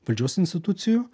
valdžios institucijų